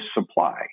supply